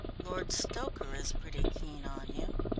lord stoker is pretty keen on you.